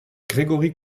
grégory